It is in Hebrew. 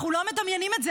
אנחנו לא מדמיינים את זה.